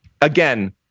again